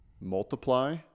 Multiply